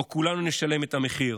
שבו כולנו נשלם את המחיר,